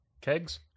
Kegs